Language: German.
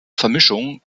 vermischung